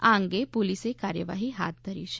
આ અંગે પોલીસે કાર્યવાહી હાથ ધરી છે